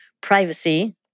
privacy